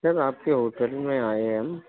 sir आपके hotel में आए हैं हम